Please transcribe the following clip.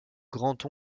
grand